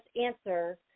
answer